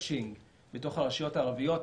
מצ'ינג בתוך הרשויות הערביות,